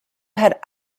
had